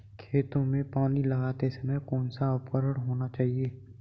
खेतों में पानी लगाते समय कौन सा उपकरण होना चाहिए?